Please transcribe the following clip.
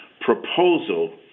proposal